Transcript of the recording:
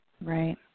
Right